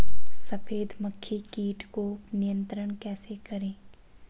सफेद मक्खी कीट को नियंत्रण कैसे करें?